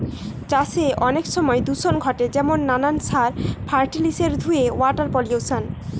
চাষে অনেক সময় দূষণ ঘটে যেমন নানান সার, ফার্টিলিসের ধুয়ে ওয়াটার পলিউশন